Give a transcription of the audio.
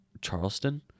Charleston